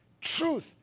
truth